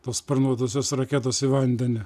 tos sparnuotosios raketos į vandenį